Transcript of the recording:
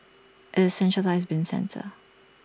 IT is A centralised bin centre